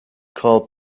call